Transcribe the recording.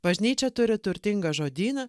bažnyčia turi turtingą žodyną